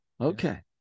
okay